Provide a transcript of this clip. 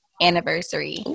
anniversary